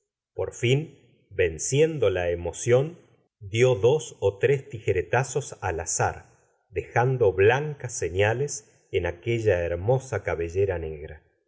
por fin venciendo la emoción dió dos ó tres tijeretazos al la se ora de bovary azar dejando blancas señales en quella hermosa cabellera negra